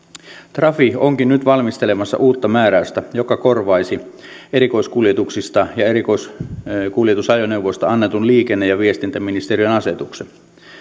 trafi onkin nyt valmistelemassa uutta määräystä joka korvaisi erikoiskuljetuksista ja erikoiskuljetusajoneuvoista annetun liikenne ja viestintäministeriön asetuksen